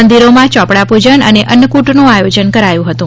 મંદિરોમાં ચોપડા પૂજન અને અન્નફૂટનું આયોજન કરાયું હતું